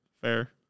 Fair